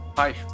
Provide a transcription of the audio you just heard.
Hi